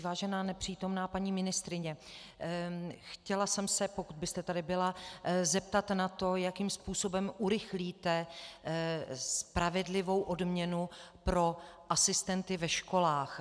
Vážená nepřítomná paní ministryně, chtěla jsem se, pokud byste tady byla, zeptat na to, jakým způsobem urychlíte spravedlivou odměnu pro asistenty ve školách.